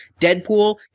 Deadpool